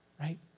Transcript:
right